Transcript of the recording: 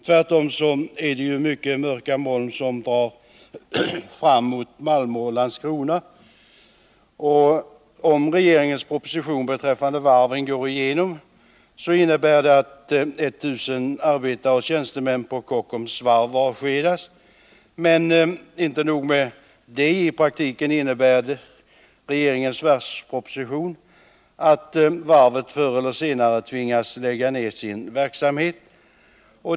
Tvärtom är det mycket mörka moln som drar fram mot Malmö och Landskrona. Om regeringens proposition beträffande varven går igenom, innebär det att 1 800 arbetare och tjänstemän på Kockums Varv avskedas. Men inte nog med det: i praktiken betyder varvspropositionen att varvet förr eller senare tvingas lägga ned sin verksamhet.